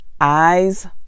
eyes